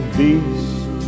beast